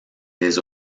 des